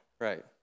Right